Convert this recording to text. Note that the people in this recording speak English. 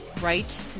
right